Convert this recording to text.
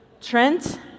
Trent